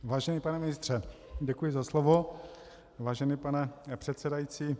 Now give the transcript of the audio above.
Vážený pane ministře děkuji za slovo, vážený pane předsedající.